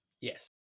Yes